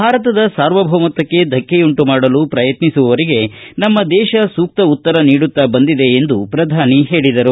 ಭಾರತದ ಸಾರ್ವಭೌಮತ್ವಕ್ಕೆ ಧಕ್ಕೆಯುಂಟು ಮಾಡಲು ಪ್ರಯತ್ನಿಸುವವರಿಗೆ ನಮ್ಮ ದೇಶ ಸೂಕ್ತ ಉತ್ತರ ನೀಡುತ್ತ ಬಂದಿದೆ ಎಂದು ಪ್ರಧಾನಿ ಹೇಳಿದರು